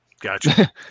gotcha